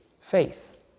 faith